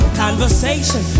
Conversation